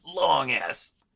long-ass